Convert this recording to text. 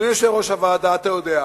אדוני יושב-ראש הוועדה, אתה יודע,